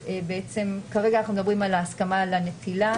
כרגע אנחנו מדברים על ההסכמה לנטילה.